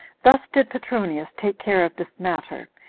thus did petronius take care of this matter,